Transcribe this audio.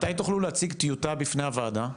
מתי תוכלו להציג טיוטה בפני הוועדה,